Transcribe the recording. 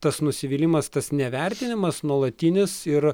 tas nusivylimas tas nevertinimas nuolatinis ir